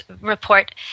report